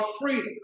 freedom